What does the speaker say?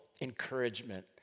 encouragement